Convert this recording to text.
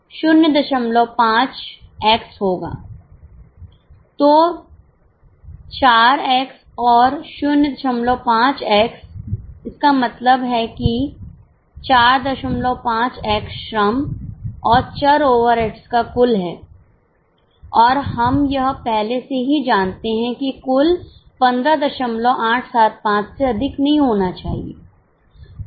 तो 4 x और 05 x इसका मतलब है कि 45 x श्रम और चर ओवरहेड्स का कुल है और हम यह पहले से ही जानते हैं कि कुल 15875 से अधिक नहीं होना चाहिए